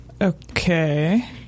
Okay